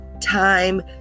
time